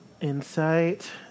Insight